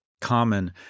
common